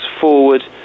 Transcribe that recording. forward